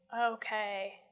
Okay